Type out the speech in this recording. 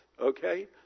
okay